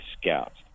scouts